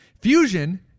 Fusion